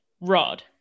Rod